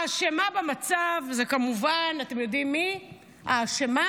האשמה במצב היא, כמובן, אתם יודעים מי האשמה?